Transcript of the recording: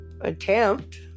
attempt